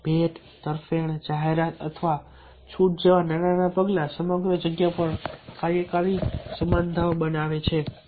ભેટ તરફેણ જાહેરાત અથવા છૂટ જેવા નાના પગલા સાથે સમગ્ર જગ્યા પર કાર્યકારી સંબંધો બનાવો છો